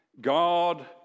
God